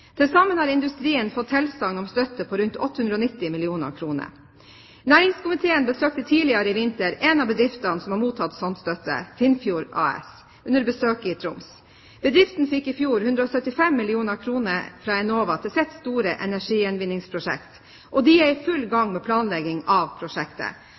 Til sammen har industrien fått tilsagn om støtte på rundt 890 mill. kr. Næringskomiteen besøkte tidligere i vinter en av bedriftene som har mottatt slik støtte, Finnfjord AS, under besøket i Troms. Bedriften fikk i fjor 175 mill. kr fra Enova til sitt store energigjenvinningsprosjekt, og de er i full gang med planlegging av prosjektet.